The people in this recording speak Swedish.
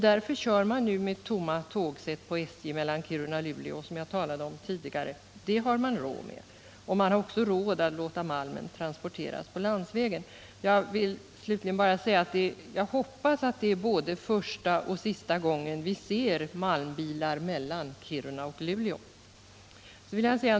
Därför kör man nu med tomma tågsätt på SJ mellan Kiruna och Luleå, som jag talade om tidigare — det har man råd med. Man har också råd att låta malmen transporteras på landsvägen. Slutligen hoppas jag att det är både första och sista gången vi ser malmbilar mellan Kiruna och Luleå.